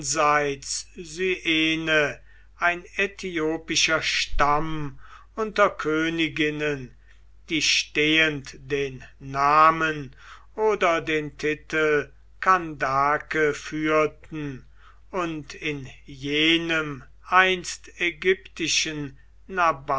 ein äthiopischer stamm unter königinnen die stehend den namen oder den titel kandake führten und in jenem einst ägyptischen